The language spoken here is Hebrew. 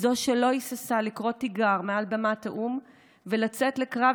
זו שלא היססה לקרוא תיגר מעל בימת האו"ם ולצאת לקרב